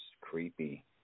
creepy